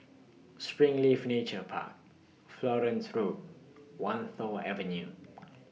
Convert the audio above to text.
Springleaf Nature Park Florence Road Wan Tho Avenue